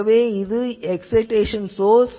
ஆகவே இது excitation source